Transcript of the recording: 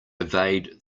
evade